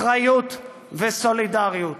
אחריות וסולידריות.